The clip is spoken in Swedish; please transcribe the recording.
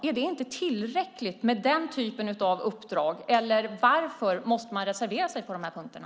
Är det inte tillräckligt med den typen av uppdrag? Varför måste man reservera sig på de här punkterna?